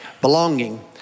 belonging